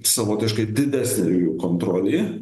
savotiškai didesnė jų kontrolė